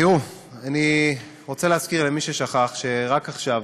תראו, אני רוצה להזכיר למי ששכח, שרק עכשיו